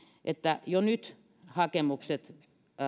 että jo nyt hakemukset